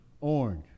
orange